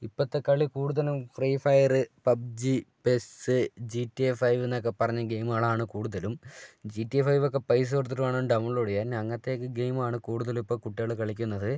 ഇപ്പോഴത്തെ കളി കൂടുതലും Free Fire PUBG PES G T A five എന്നൊക്കെ പറഞ്ഞ ഗെയിമുകളാണ് കൂടുതലും ജി ടി എ ഫൈവൊക്കെ പൈസ കൊടുത്തിട്ട് വേണം ഡൗൺലോഡ് ചെയ്യാൻ അങ്ങനത്തെയൊക്കെ ഗെയിമാണ് കൂടുതലും ഇപ്പോൾ കുട്ടികൾ കളിക്കുന്നത്